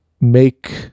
make